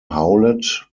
howlett